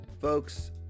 Folks